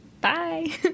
Bye